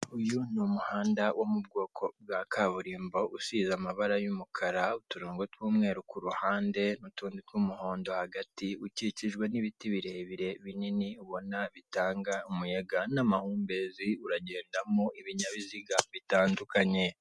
Uyu ni umuhanda wo mu bwoko bwa kaburimbo usize amabara y'umukara uturongo tw'umweru ku ruhande n'utundi tw'umuhondo hagati. Ukikijwe n'ibiti birebire binini ubona bitanga umuyaga n'amahumbezi uragendamo ibinyabiziga bitandukanye.